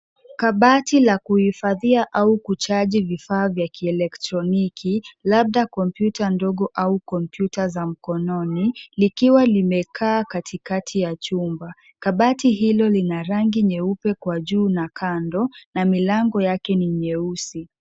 Kabati la kuhifadhia au kuchaji vifaa vya kielektroniki labda kompyuta ndogo au kompyuta za mkononi likiwa limekaa katikati mwa nyumba. Kbati hilo linarangi nyeupe kwa juu na kando na milango yake ni myeusi.